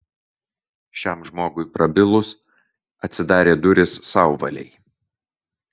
šiam žmogui prabilus atsidarė durys sauvalei